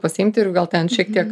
pasiimti ir gal ten šiek tiek